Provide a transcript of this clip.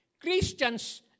Christians